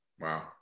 Wow